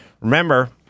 Remember